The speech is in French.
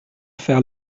faire